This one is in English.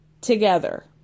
together